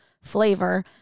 flavor